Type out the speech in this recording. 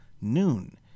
noon